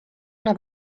una